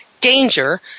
danger